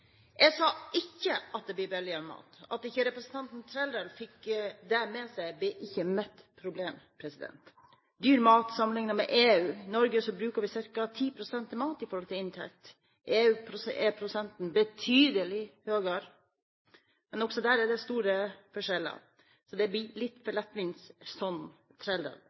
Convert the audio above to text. Jeg sa ikke at det blir billigere mat. At ikke representanten Trældal fikk det med seg, blir ikke mitt problem. Dyr mat sammenliknet med EU: I Norge bruker vi ca. 10 pst. av inntekten til mat. I EU er prosenten betydelig høyere. Men også der er det store forskjeller. Så det blir litt for